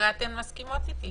הרי אתן מסכימות איתי.